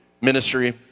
ministry